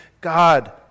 God